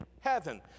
heaven